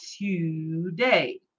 today